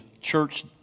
church